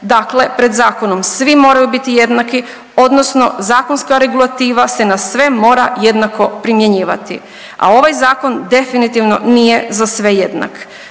Dakle, pred zakonom svi moraju biti jednaki, odnosno zakonska regulativa se na sve mora jednako primjenjivati. A ovaj zakon definitivno nije za sve jednak.